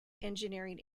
engineering